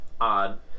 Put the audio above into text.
odd